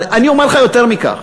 אני אומר לך יותר מכך.